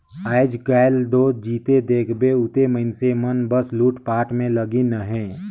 आएज काएल दो जिते देखबे उते मइनसे मन बस लूटपाट में लगिन अहे